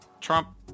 Trump